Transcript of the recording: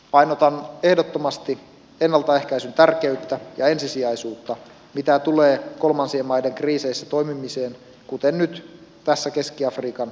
painotan ehdottomasti ennaltaehkäisyn tärkeyttä ja ensisijaisuutta mitä tulee kolmansien maiden kriiseissä toimimiseen kuten nyt tässä keski afrikan tilanteessa